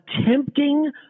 attempting